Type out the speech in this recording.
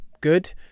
good